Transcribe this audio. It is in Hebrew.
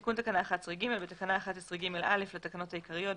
10א.תיקון תקנה 11ג בתקנה 11ג(א) לתקנות העיקריות,